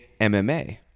MMA